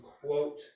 quote